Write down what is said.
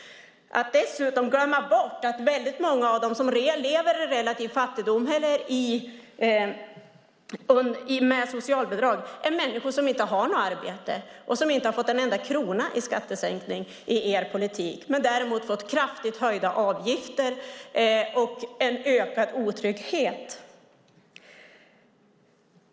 Dessutom glömmer man bort att väldigt många av dem som lever i relativ fattigdom eller med socialbidrag är människor som inte har något arbete och som inte har fått en enda krona i skattesänkning med er politik, däremot kraftigt höjda avgifter och en ökad otrygghet.